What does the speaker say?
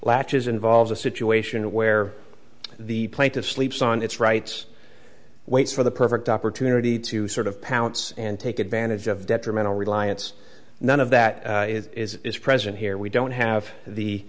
latches involves a situation where the plaintiff sleeps on its rights waits for the perfect opportunity to sort of pounce and take advantage of detrimental reliance none of that is present here we don't have the